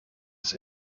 ist